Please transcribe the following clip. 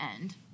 end